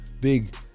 big